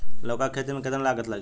लौका के खेती में केतना लागत लागी?